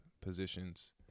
positions